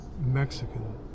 Mexican